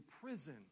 prison